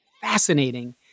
fascinating